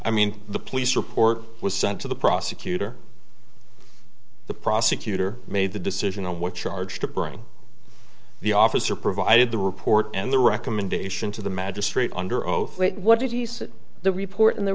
i mean the police report was sent to the prosecutor the prosecutor made the decision on what charge to bring the officer provided the report and the recommendation to the magistrate under oath what did he say the report in the